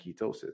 ketosis